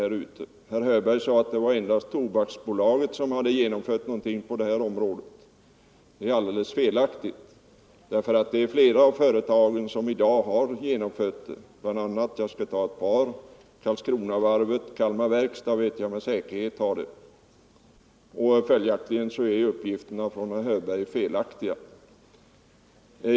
Herr Hörberg sade att det endast var Tobaksbolaget som hade åstadkommit någonting på detta område. Det är alldeles felaktigt. Det är flera av företagen som i dag har genomfört programmet. Jag vet med säkerhet att Karlskronavarvet och Kalmar Verkstad gjort det. Följaktligen är herr Hörbergs uppgifter felaktiga.